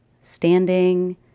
standing